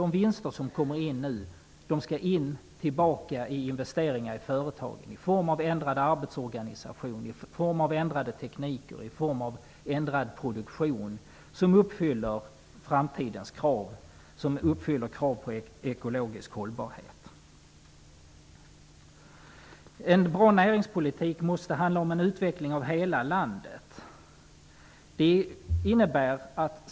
De vinster som kommer in nu skall gå tillbaka till företagen i form av investeringar för att ändra arbetsorganisationer, tekniker och produktion så att framtidens krav på ekologisk hållbarhet uppfylls. En bra näringspolitik måste handla om en utveckling av hela landet.